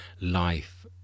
life